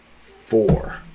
four